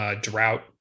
drought